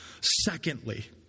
Secondly